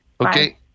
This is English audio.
Okay